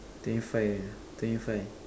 twenty five twenty five